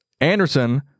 Anderson